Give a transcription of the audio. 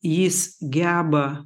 jis geba